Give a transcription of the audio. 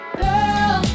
girl